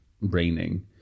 raining